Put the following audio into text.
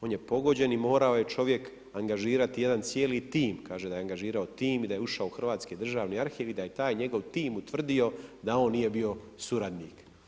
On je pogođen i morao je čovjek angažirati jedan cijeli tim, kaže da je angažirao tim i da je ušao u Hrvatski državni arhiv i da je taj njegov tim utvrdio da on nije bio suradnik.